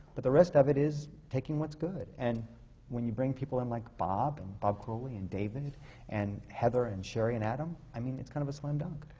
but the rest of it is taking what's good. and when you bring people in like bob and bob crowley and david and heather and sherie and adam, i mean, it's kind of a slam-dunk.